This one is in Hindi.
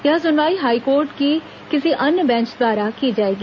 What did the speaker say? यह सुनवाई हाईकोर्ट की किसी अन्य बेंच द्वारा की जाएगी